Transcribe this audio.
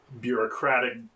bureaucratic